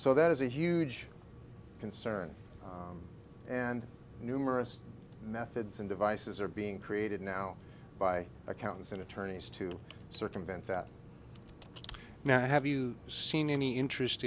so that is a huge concern and numerous methods and devices are being created now by accountants and attorneys to circumvent that now have you seen any interest